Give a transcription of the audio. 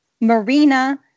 Marina